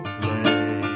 play